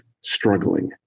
struggling